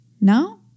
no